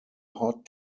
hot